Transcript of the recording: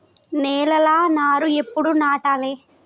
నేలలా నారు ఎప్పుడు నాటాలె?